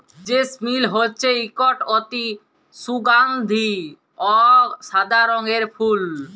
জেসমিল হছে ইকট অতি সুগাল্ধি অ সাদা রঙের ফুল